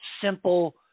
simple